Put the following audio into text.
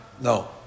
No